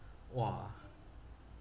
!wah!